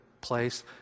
place